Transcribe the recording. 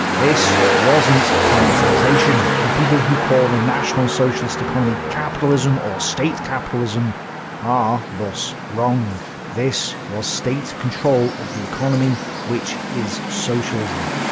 this wasn't privatization. and people who call the national socialist economy capitalism or state capitalism are, ah thus, wrong. this was state-control of the economy which is socialism.